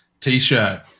t-shirt